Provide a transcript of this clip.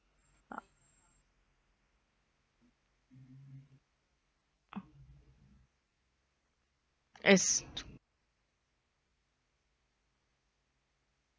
yes